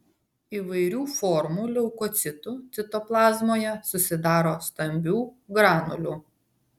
įvairių formų leukocitų citoplazmoje susidaro stambių granulių